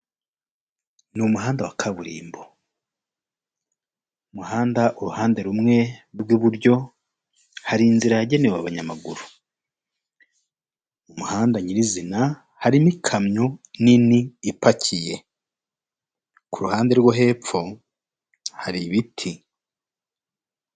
Ni umuhanda wa kaburimbo, umuhanda uruhande rumwe rw'iburyo hari inzira yagenewe abanyamaguru. Umuhanda nyir'izina hari n'ikamyo nini ipakiye, ku ruhande rwo hepfo hari ibiti.